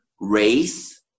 race